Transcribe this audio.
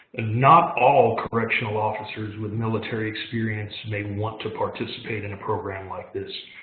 not all correctional officers with military experience may want to participate in a program like this.